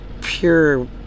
pure